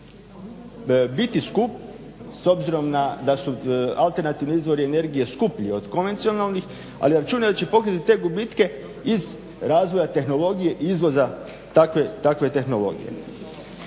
biti skup s obzirom da su alternativni izvori energije skuplji od konvencionalnih, ali računajući … te gubitke iz razvoja tehnologije i izvoza takve tehnologije.